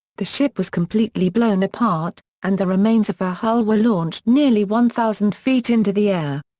the ship was completely blown apart, and the remains of her hull were launched nearly one thousand feet into the air.